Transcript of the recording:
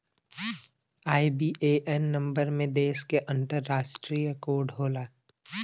IBAN number में देश क अंतरराष्ट्रीय कोड होला